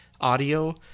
audio